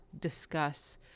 discuss